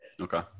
Okay